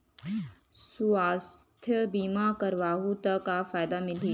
सुवास्थ बीमा करवाहू त का फ़ायदा मिलही?